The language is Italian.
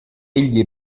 egli